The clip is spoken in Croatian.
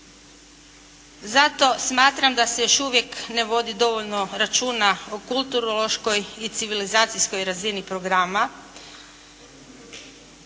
Zato smatram da se još uvijek ne vodi dovoljno računa o kulturološkoj i civilizacijskoj razini programa,